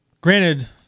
Granted